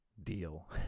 deal